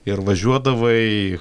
ir važiuodavai